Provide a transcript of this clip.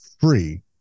free